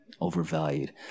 overvalued